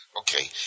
Okay